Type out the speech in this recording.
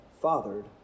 fathered